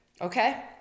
Okay